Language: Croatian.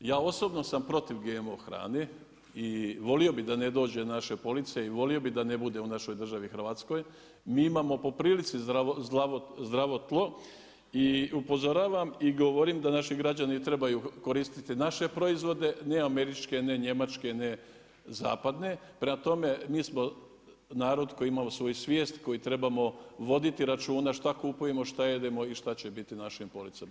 Ja osobno sam protiv GMO hrane i volio bi da ne dođe na naše police, i volio bi da ne bude u našoj državi Hrvatskoj, mi imamo po prilici zdravo tlo i upozoravam i govorim da naši građani trebaju koristiti naše proizvode, ne američke, ne njemačke, ne zapadne, prema tome mi smo narod koji ima svoju svijest, koji treba voditi računa šta kupujemo, šta jedemo i šta će biti na našim policama.